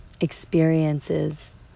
experiences